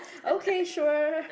okay sure